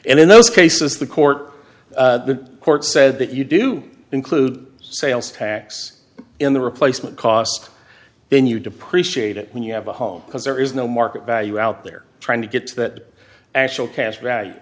and in those cases the court the court said that you do include sales tax in the replacement cost when you depreciate it when you have a home because there is no market value out there trying to get that actual cas